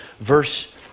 verse